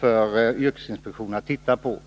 är mest angeläget att yrkesinspektionen tittar på.